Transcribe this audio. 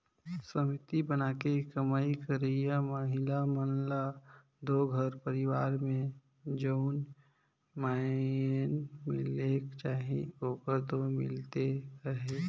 समिति बनाके कमई करइया महिला मन ल दो घर परिवार में जउन माएन मिलेक चाही ओहर दो मिलते अहे